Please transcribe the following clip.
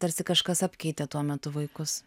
tarsi kažkas apkeitė tuo metu vaikus